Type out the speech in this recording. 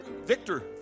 Victor